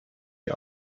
die